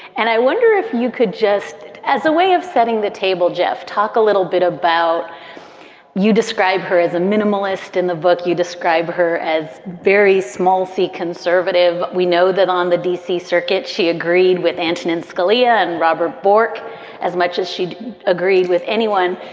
and i wonder if you could just as a way of setting the table, jeff, talk a little bit about you. describe her as a minimalist in the book. you describe her as very small, theconservative. we know that on the d c. circuit, she agreed with antonin scalia and robert bork as much as she agreed with anyone.